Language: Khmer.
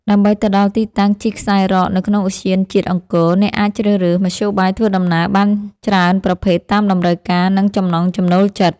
ដើម្បីទៅដល់ទីតាំងជិះខ្សែរ៉កនៅក្នុងឧទ្យានជាតិអង្គរ អ្នកអាចជ្រើសរើសមធ្យោបាយធ្វើដំណើរបានច្រើនប្រភេទតាមតម្រូវការ និងចំណង់ចំណូលចិត្ត។